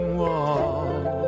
wall